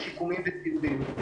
שיקומיים וסיעודיים.